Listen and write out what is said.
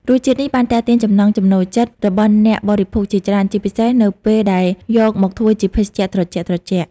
រសជាតិនេះបានទាក់ទាញចំណង់ចំណូលចិត្តរបស់អ្នកបរិភោគជាច្រើន ជាពិសេសនៅពេលដែលយកមកធ្វើជាភេសជ្ជៈត្រជាក់ៗ។